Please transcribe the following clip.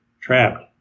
trapped